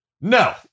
No